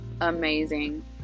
amazing